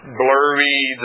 blurry